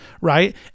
right